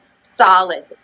solid